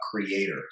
creator